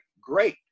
Great